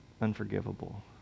unforgivable